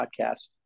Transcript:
podcast